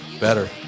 Better